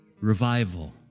Revival